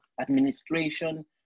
administration